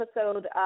episode